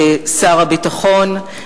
שר הביטחון,